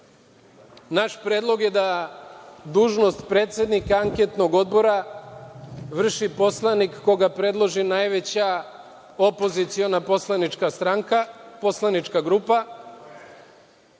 predlog je da dužnost predsednika anketnog odbora vrši poslanik koga predloži najveća opoziciona poslanička grupa, a da